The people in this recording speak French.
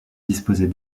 disposait